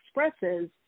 expresses